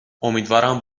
امیدوارم